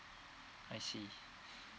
I see